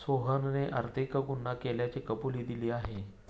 सोहनने आर्थिक गुन्हा केल्याची कबुली दिली आहे